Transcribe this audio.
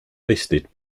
listed